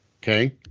Okay